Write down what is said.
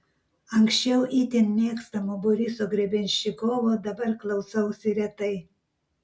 anksčiau itin mėgstamo boriso grebenščikovo dabar klausausi retai